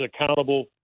accountable